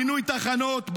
בינוי תחנות,